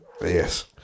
Yes